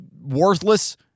worthless